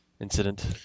incident